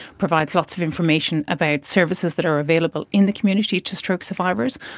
provides lots of information about services that are available in the community to stroke survivors.